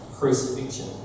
crucifixion